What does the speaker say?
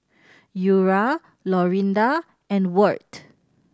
Eura Lorinda and Wirt